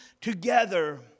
together